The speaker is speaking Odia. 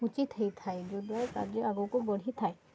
ଉଚିତ୍ ହୋଇଥାଏ ଯଦ୍ୱାରା କାର୍ଯ୍ୟ ଆଗକୁ ବଢ଼ିଥାଏ